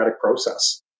process